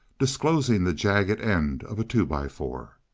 disclosing the jagged end of a two-by-four.